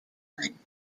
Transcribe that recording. name